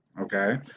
okay